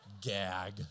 Gag